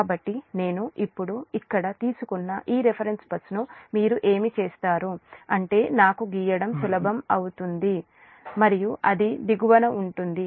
కాబట్టి నేను ఇప్పుడు ఇక్కడ తీసుకున్న ఈ రిఫరెన్స్ బస్సును మీరు ఏమి చేస్తారు అంటే నాకు గీయడం సులభం అవుతుంది మరియు అది దిగువన ఉంటుంది